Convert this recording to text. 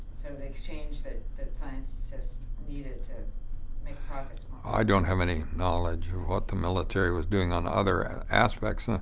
the exchange that that scientists needed to make progress? bartlett i don't have any knowledge of what the military was doing on other aspects. ah